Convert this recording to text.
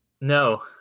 No